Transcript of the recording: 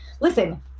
listen